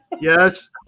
Yes